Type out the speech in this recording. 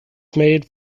made